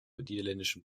niederländischen